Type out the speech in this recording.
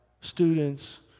students